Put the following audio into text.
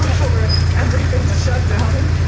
for everything to shut down. and